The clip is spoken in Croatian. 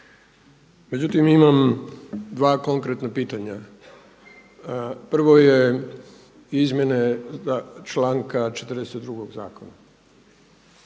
Međutim, imam dva konkretna pitanja. Prvo je izmjene članka 42. zakona.